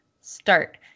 start